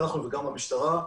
גם אנחנו וגם המשטרה,